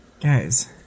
Guys